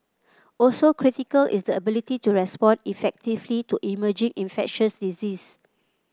also critical is the ability to respond effectively to emerging infectious disease